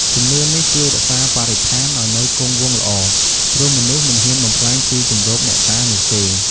ជំនឿនេះជួយរក្សាបរិស្ថាន ឱ្យនៅគង់វង្សល្អ ព្រោះមនុស្សមិនហ៊ានបំផ្លាញទីជម្រកអ្នកតានោះទេ។